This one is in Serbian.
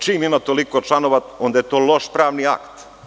Čim ima toliko članova, onda je to loš pravni akt.